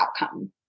outcome